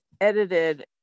edited